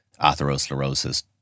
atherosclerosis